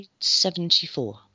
1974